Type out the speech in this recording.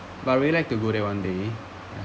but would you like to go there one day